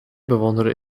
bewonderen